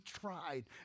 tried